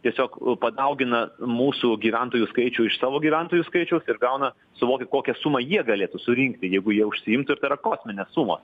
tiesiog padaugina mūsų gyventojų skaičių iš savo gyventojų skaičiaus ir gauna suvokia kokią sumą jie galėtų surinkti jeigu jie užsiimtų tai yra kosminės sumos